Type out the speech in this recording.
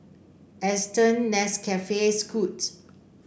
Aston Nescafe Scoot